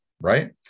right